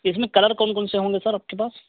اس میں کلر کون کون سے ہوں گے سر آپ کے پاس